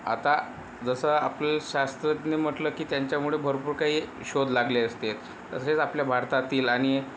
आता जसं आपलं शास्त्रज्ञ म्हटलं की त्यांच्यामुळे भरपूर काही शोध लागले असते तसेच आपल्या भारतातील आणि